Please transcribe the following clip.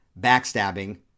backstabbing